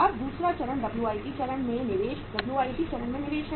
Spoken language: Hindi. अब दूसरा चरण WIP चरण में निवेश WIP चरण में निवेश है